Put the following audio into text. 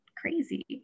crazy